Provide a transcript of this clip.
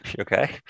Okay